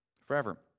Forever